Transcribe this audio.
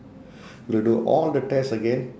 we'll do all the test again